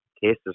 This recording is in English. cases